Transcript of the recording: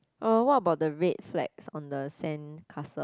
oh what about the red flags on the sandcastle